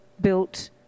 built